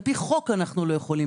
על פי חוק אנחנו לא יכולים.